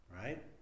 right